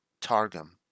Targum